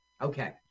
Okay